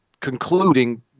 concluding